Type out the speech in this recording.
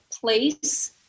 place